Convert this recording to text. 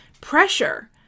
pressure